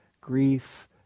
grief